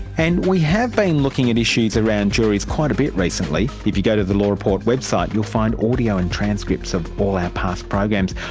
and we have been looking at issues around juries quite a bit recently. if you go to the law report website you will find audio and transcripts of all our past programs.